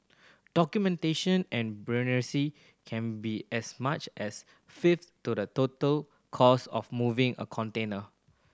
documentation and can be as much as a fifth to the total cost of moving a container